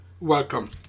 Welcome